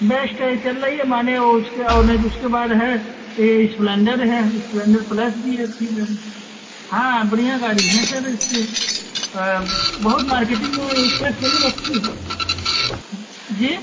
best यही चल रही है माने उसके और नहीं तो उसके बाद है ये इस्प्लेन्डर है इस्प्लेन्डर प्लस भी है उसी में हाँ बढ़िया गाड़ी है सर इसके बहुत मार्केटिंग में इसकी यहाँ सेलिंग अच्छी है जी